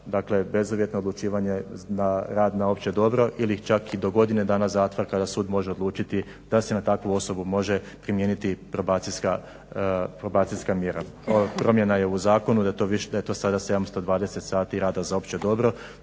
dakle bezuvjetno odlučivanje na rad na opće dobro ili čak i do godine dana zatvora kada sud može odlučiti da se na takvu osobu može primijeniti probacijska mjera. Promjena je u zakonu da je to sada 720 sati rada za opće dobro.